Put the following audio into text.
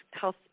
health